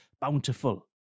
bountiful